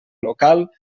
local